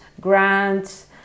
grants